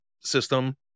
system